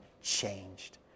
changed